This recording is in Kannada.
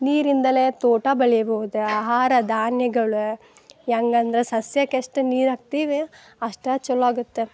ನೀರಿಂದಲೇ ತೋಟ ಬೆಳಿಬೋದು ಆಹಾರ ಧಾನ್ಯಗಳು ಹೆಂಗಂದ್ರ ಸಸ್ಯಕ್ಕೆ ಎಷ್ಟು ನೀರು ಹಾಕ್ತೀವಿ ಅಷ್ಟು ಚಲೋ ಆಗುತ್ತೆ